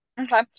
Okay